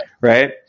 right